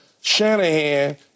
Shanahan